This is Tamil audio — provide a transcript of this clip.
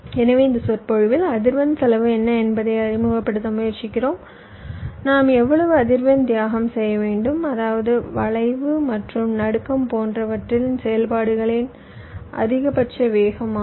எனவே இந்த சொற்பொழிவில் அதிர்வெண் செலவு என்ன என்பதை அறிமுகப்படுத்த முயற்சித்தோம் நாம் எவ்வளவு அதிர்வெண் தியாகம் செய்ய வேண்டும் அதாவது வளைவு மற்றும் நடுக்கம் போன்றவற்றில் செயல்பாடுகளின் அதிகபட்ச வேகம் ஆகும்